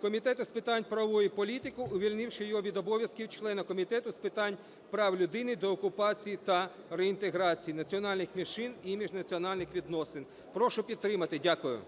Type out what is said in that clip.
Комітету з питань правової політики, увільнивши його від обов'язків члена Комітету з питань прав людини, деокупації та реінтеграції, національних меншин і міжнаціональних відносин. Прошу підтримати. Дякую.